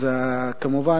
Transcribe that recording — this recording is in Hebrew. כמובן,